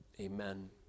Amen